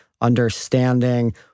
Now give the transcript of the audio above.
understanding